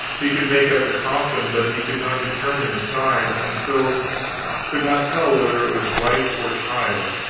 he could make out the coffin, but he could not determine its size, and so could not tell whether it was wife or child.